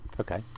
okay